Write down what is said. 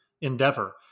endeavor